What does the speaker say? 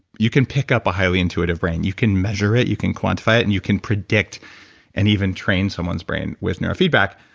you can pick up a highly intuitive brain. you can measure it. you can quantify it. and you can predict and even train someone's brain with neurofeedback,